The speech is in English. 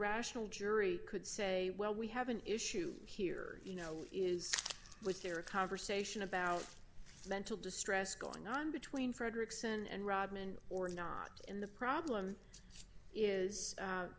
rational jury could say well we have an issue here you know is there a conversation about mental distress going on between fredrickson and rodman or not and the problem is